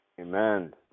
Amen